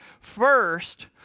first